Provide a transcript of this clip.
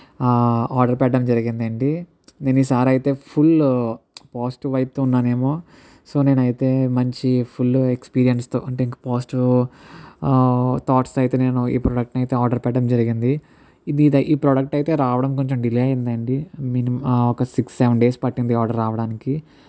order పెట్టడం జరిగింది అండి నేను ఈసారి అయితే ఫుల్ పాజిటివ్ వైబ్తో ఉన్నాను ఎమో సో నేను అయితే మంచి ఫుల్లు ఎక్స్పీరియన్స్తో అంటే ఇంక పాజిటివ్ థాట్స్తో అయితే నేను ఈ ప్రోడక్ట్ని అయితే ఆర్డర్ పెట్టడం జరిగింది ఇది ఇద ఈ ప్రోడక్ట్ అయితే రావడం కొంచెం డిలే అయింది అండి మినిమం ఒక సిక్స్ సెవెన్ డేస్ పట్టింది ఆర్డర్ రావడానికి